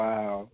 Wow